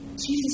Jesus